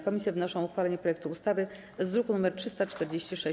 Komisje wnoszą o uchwalenie projektu ustawy z druku nr 346.